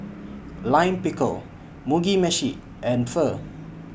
Lime Pickle Mugi Meshi and Pho